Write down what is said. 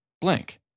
blank